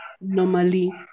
normally